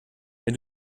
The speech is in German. wenn